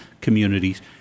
communities